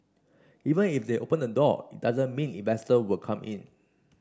even if they open the door it doesn't mean investors will come in